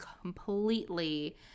completely